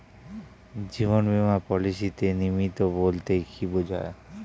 জীবন বীমা পলিসিতে নমিনি বলতে কি বুঝায়?